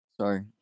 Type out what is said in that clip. Sorry